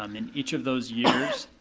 um in each of those years,